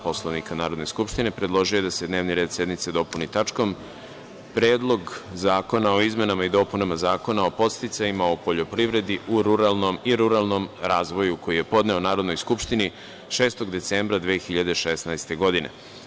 Poslovnika Narodne skupštine, predložio je da se dnevni red sednice dopuni tačkom - Predlog zakona o izmenama i dopunama Zakona o podsticajima u poljoprivredi i ruralnom razvoju, koji je podneo Narodnoj skupštini 6. decembra 2016. godine.